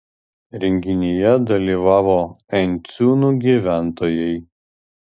renginyje dalyvavo enciūnų gyventojai